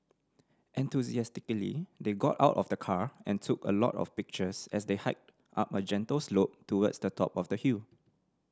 enthusiastically they got out of the car and took a lot of pictures as they hiked up a gentle slope towards the top of the hill